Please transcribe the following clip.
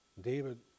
David